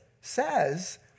says